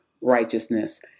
righteousness